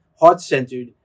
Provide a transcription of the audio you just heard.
heart-centered